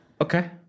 Okay